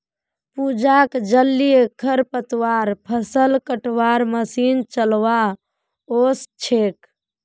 पूजाक जलीय खरपतवार फ़सल कटवार मशीन चलव्वा ओस छेक